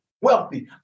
wealthy